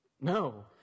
no